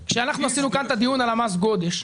כשעשינו כאן דיון על מס גודש,